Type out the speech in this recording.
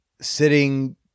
sitting